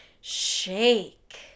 shake